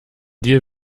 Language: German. deal